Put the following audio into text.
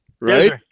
right